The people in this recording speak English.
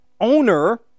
owner